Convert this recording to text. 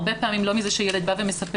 הרבה פעמים לא מזה שילד בא ומספר,